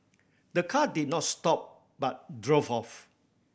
the car did not stop but drove off